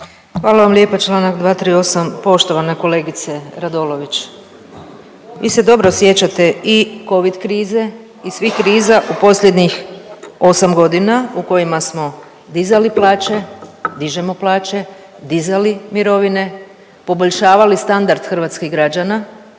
Hvala vam lijepa. Članak 238., poštovana kolegice Radolović vi se dobro sjećate i Covid krize i svih kriza u posljednjih 8 godina u kojima smo dizali plaće, dižemo plaće, dizali mirovine, poboljšavali standard hrvatskih građana